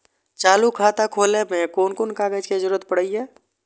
चालु खाता खोलय में कोन कोन कागज के जरूरी परैय?